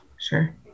Sure